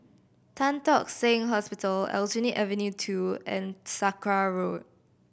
Tan Tock Seng Hospital Aljunied Avenue Two and Sakra Road